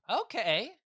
Okay